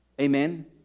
Amen